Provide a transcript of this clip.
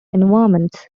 environments